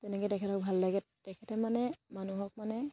তেনেকে তেখেতক ভাল লাগে তেখেতে মানে মানুহক মানে